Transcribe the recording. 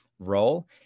role